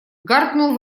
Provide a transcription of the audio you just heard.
гаркнул